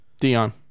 Dion